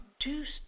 produced